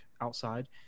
outside